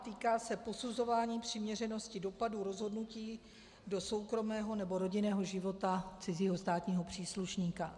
Týká se posuzování přiměřenosti dopadů rozhodnutí do soukromého nebo rodinného života cizího státního příslušníka.